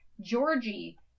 Georgie